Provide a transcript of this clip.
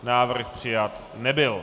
Návrh přijat nebyl.